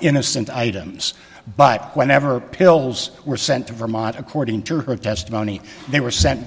innocent items but whenever pills were sent to vermont according to her testimony they were sent